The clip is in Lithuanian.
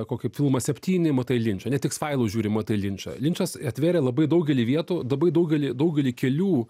kokį filmą septyni matai linčą net iks failus žiūri matai linčą linčas atvėrė labai daugelį vietų labai daugelį daugelį kelių